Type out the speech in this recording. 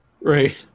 Right